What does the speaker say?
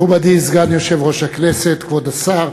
מכובדי סגן יושב-ראש הכנסת, כבוד השר,